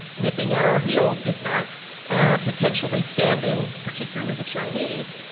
nipping at our heels, if not potentially standing, particularly the chinese,